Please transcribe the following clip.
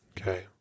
Okay